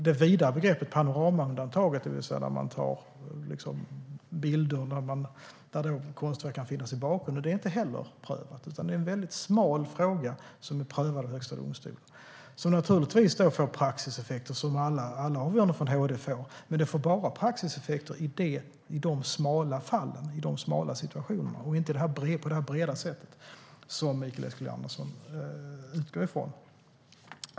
Det vidare begreppet panoramaundantaget, det vill säga där man tar bilder där konstverk kan finnas i bakgrunden, är inte heller prövat. Det är en väldigt smal fråga som är prövad av Högsta domstolen. Det får naturligtvis praxiseffekter, som alla avgöranden från HD får. Men det får bara praxiseffekter i de smala fallen och i de smala situationerna och inte på det breda sätt som Mikael Eskilandersson utgår från.